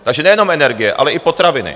Takže nejenom energie, ale i potraviny.